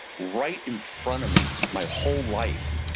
right in front of me my whole life.